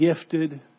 gifted